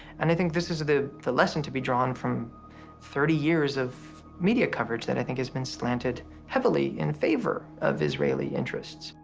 and i think this is the lesson to be drawn from thirty years of media coverage that i think has been slanted heavily in favor of israeli interests.